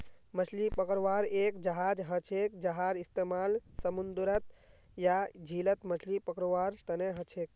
मछली पकड़वार एक जहाज हछेक जहार इस्तेमाल समूंदरत या झीलत मछली पकड़वार तने हछेक